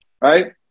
Right